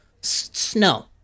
Snow